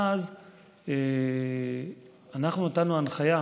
אז אנחנו נתנו הנחיה,